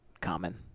common